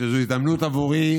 שזו הזדמנות עבורי